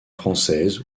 française